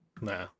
Nah